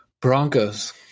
Broncos